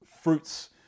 fruits